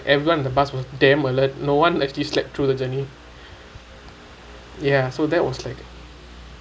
everyone in the bus was damn alert no one actually slept through the journey ya so that was like